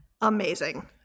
Amazing